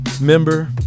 member